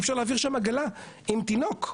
אי אפשר להעביר שם עגלה עם תינוק.